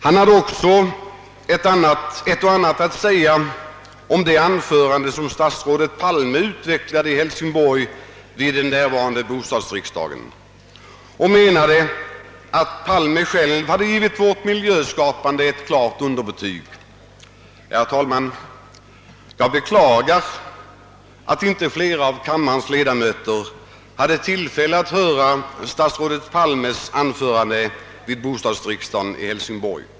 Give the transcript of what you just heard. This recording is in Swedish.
Herr Turesson hade också ett och annat att säga om det anförande, som statsrådet Palme höll i Hälsingborg vid den därvarande bostadsriksdagen, och menade, att statsrådet Palme själv hade givit vårt miljöskapande ett klart underbetyg. Ja, herr talman, jag beklagar att inte flera av kammarens ledamöter hade tillfälle att höra statsrådet Palmes anförande vid bostadsriksdagen i Hälsingborg.